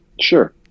Sure